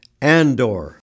Andor